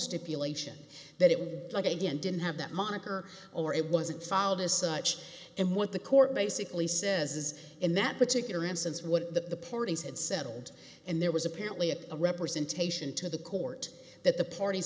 stipulation that it would like again didn't have that moniker or it wasn't followed as such and what the court basically says is in that particular instance what the parties had settled and there was apparently a representation to the court that the parties